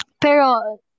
pero